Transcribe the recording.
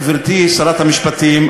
גברתי שרת המשפטים,